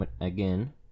again